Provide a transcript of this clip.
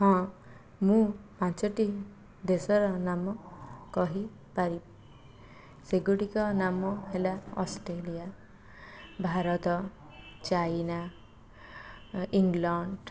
ହଁ ମୁଁ ପାଞ୍ଚଟି ଦେଶର ନାମ କହିପାରିବି ସେଗୁଡ଼ିକର ନାମ ହେଲା ଅଷ୍ଟ୍ରେଲିଆ ଭାରତ ଚାଇନା ଇଂଲଣ୍ଡ